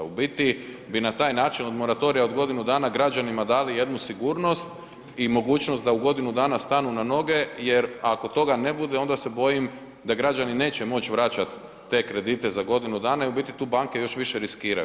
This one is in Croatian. U biti bi na taj način od moratorija od godinu dana građanima dali jednu sigurnosti i mogućnost da u godinu dana stanu na noge jer ako toga ne bude onda se bojim da građani neće moć vraćat te kredite za godinu dana i u biti tu banke još više riskiraju.